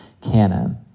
canon